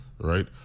right